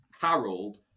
Harold